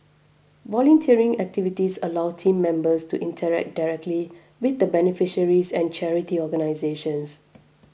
volunteering activities allow team members to interact directly with the beneficiaries and charity organisations